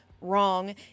Wrong